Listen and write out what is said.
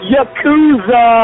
Yakuza